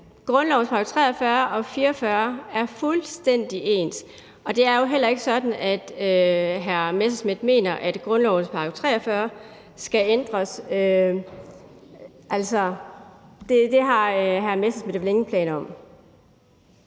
grundlovens § 43 og 44 er fuldstændig ens, og det er jo heller ikke sådan, at hr. Morten Messerschmidt mener, at grundlovens § 43 skal ændres. Det har hr. Morten Messerschmidt vel ingen planer om.